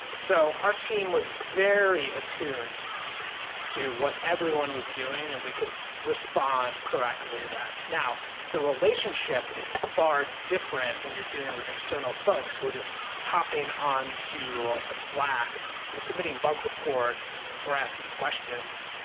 so our team was very attuned to what everyone was doing and we could respond proactively to that. now the relationship is far different when you're dealing with external folks who are just hopping on to a slack and submitting bug reports, or asking questions.